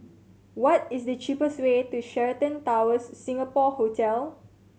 what is the cheapest way to Sheraton Towers Singapore Hotel